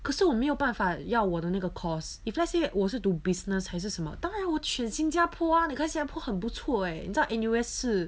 可是我没有办法要我的那个 course if let's say 我是读 business 还是什么当然我选新加坡啊你看新加坡很不错 eh 你知道是